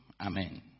Amen